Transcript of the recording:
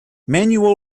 manuel